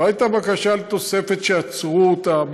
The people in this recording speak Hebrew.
לא הייתה בקשה לתוספת שעצרו אותה.